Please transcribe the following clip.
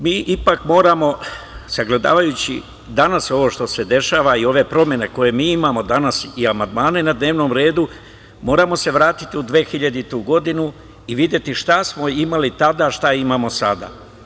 Mi se ipak moramo, sagledavajući danas ovo što se dešava i ove promene koje imamo danas i amandmane na dnevnom redu, vratiti u 2000. godinu i videti šta smo imali tada, a šta imamo sada.